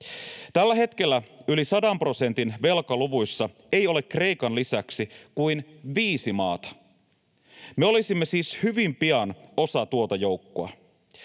Tällä hetkellä yli 100 prosentin velkaluvuissa ei ole Kreikan lisäksi kuin viisi maata. Me olisimme siis hyvin pian osa tuota joukkoa.